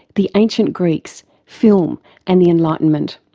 the ancient greeks, film and the enlightenment.